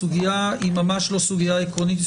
הסוגיה היא ממש לא סוגיה עקרונית,